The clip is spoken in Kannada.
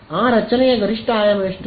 ಆ ರಚನೆಯ ಗರಿಷ್ಠ ಆಯಾಮ ಎಷ್ಟು